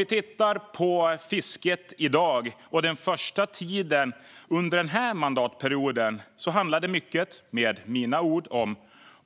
Om tittar vi på fisket i dag och den första tiden under den här mandatperioden ser vi att det handlade mycket, med mina ord, om